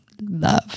love